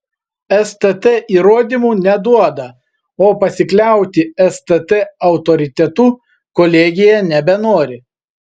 stt įrodymų neduoda o pasikliauti stt autoritetu kolegija nebenori